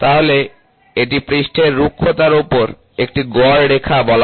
তাহলে এটিকে পৃষ্ঠের রুক্ষতার একটি গড় রেখা বলা হয়